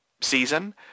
season